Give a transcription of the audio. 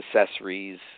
accessories